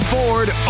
Ford